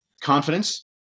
confidence